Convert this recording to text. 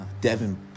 Devin